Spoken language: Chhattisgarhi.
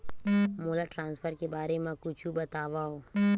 मोला ट्रान्सफर के बारे मा कुछु बतावव?